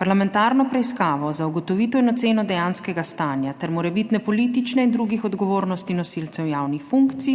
parlamentarno Preiskavo za ugotovitev in oceno dejanskega stanja ter morebitne politične in drugih odgovornosti nosilcev javnih funkcij